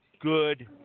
good